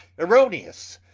erreoneous,